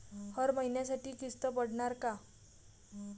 हर महिन्यासाठी किस्त पडनार का?